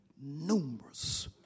numerous